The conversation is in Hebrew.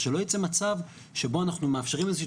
אבל שלא יצא מצב שבו אנחנו מאפשרים איזה שהיא